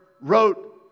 wrote